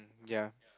ya